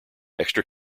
extra